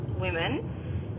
women